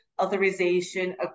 authorization